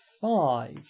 five